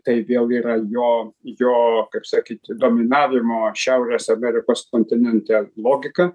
tai vėl yra jo jo kaip sakyt dominavimo šiaurės amerikos kontinente logika